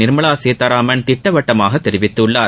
நிர்மலா சீதாராமன் திட்டவட்டமாக தெரிவித்துள்ளார்